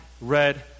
red